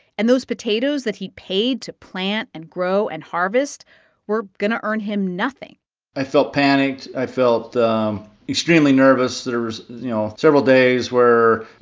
and those potatoes that he paid to plant and grow and harvest were going to earn him nothing i felt panicked. i felt extremely nervous. there was, you know, several days where,